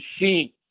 machine